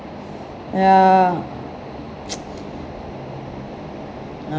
ya